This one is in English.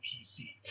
PC